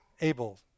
able